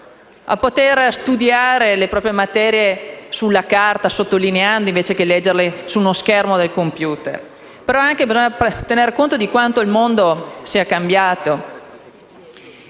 di studiare le proprie materie sulla carta, sottolineando, invece che di leggerle sullo schermo del computer, ma bisogna anche tenere conto di quanto il mondo sia cambiato.